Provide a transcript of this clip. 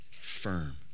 firm